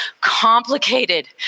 complicated